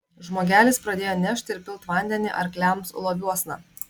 žmogelis pradėjo nešt ir pilt vandenį arkliams loviuosna